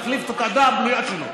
להחליף את התעודה הבלויה שלו.